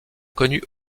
connut